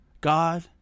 god